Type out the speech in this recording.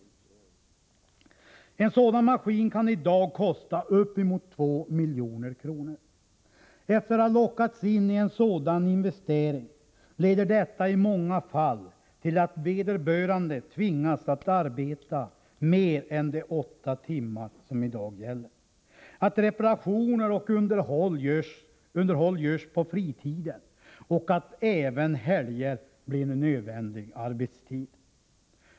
En sådan maskin kan i dag kosta uppemot 2 milj.kr. När människor har lockats in i en sådan investering leder detta i många fall till att vederbörande tvingas att arbeta mer än de åtta timmar som i dag gäller. Reparationer och underhåll görs på fritiden, och även helger blir nödvändig arbetstid.